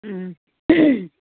ꯎꯝ